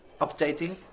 updating